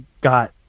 got